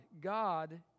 God